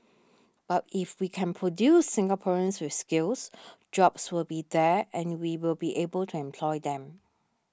but if we can produce Singaporeans with skills jobs will be there and we will be able to employ them